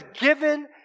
given